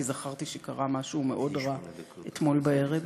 כי זכרתי שקרה משהו מאוד רע אתמול בערב.